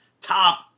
top